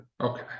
Okay